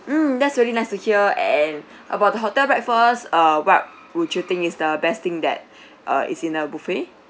mm that's really nice to hear and about the hotel breakfast err what would you think is the best thing that uh is in the buffet